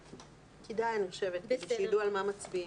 כדאי, אני חושבת, שיידעו על מה מצביעים.